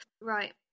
Right